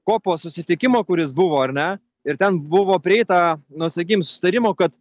ko po susitikimo kuris buvo ar ne ir ten buvo prieita na sakykim sutarimo kad